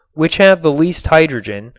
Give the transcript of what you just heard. which have the least hydrogen,